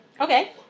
Okay